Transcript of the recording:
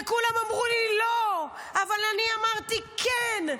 וכולם אמרו לי לא, אבל אני אמרתי כן.